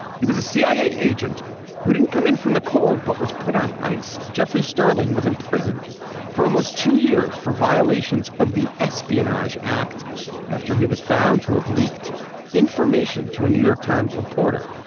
he was a cia agent who didn't come in from the cold but was put on ice. jeffrey sterling was imprisoned for almost two years for violations of the espionage act after he was found to have leaked information to a new york times reporter.